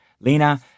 lena